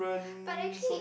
but actually